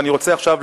ואני רוצה עכשיו,